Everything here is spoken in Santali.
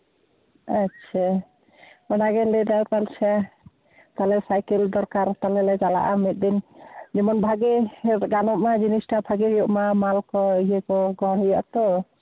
ᱟᱪᱪᱷᱟ ᱚᱱᱟᱜᱮ ᱞᱟᱹᱭ ᱫᱚᱨᱠᱟᱨ ᱥᱮ ᱛᱟᱦᱞᱮ ᱥᱟᱭᱠᱮᱞ ᱫᱚᱨᱠᱟᱨ ᱡᱚᱠᱷᱚᱱ ᱞᱮ ᱪᱟᱞᱟᱜᱼᱟ ᱢᱤᱫ ᱫᱤᱱ ᱡᱮᱢᱚᱱ ᱵᱷᱟᱹᱜᱤ ᱜᱟᱱᱚᱜ ᱢᱟ ᱡᱤᱱᱤᱥᱴᱟ ᱵᱷᱟᱜᱮ ᱦᱩᱭᱩᱜ ᱢᱟ ᱢᱟᱞ ᱠᱚ ᱤᱭᱟᱹ ᱠᱚ ᱟᱹᱜᱩ ᱦᱩᱭᱩᱜᱼᱟ ᱛᱚ